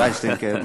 איינשטיין, כן.